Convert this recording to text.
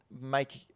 make